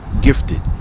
gifted